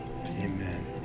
Amen